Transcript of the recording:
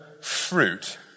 fruit